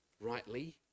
rightly